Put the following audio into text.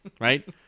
Right